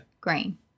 Green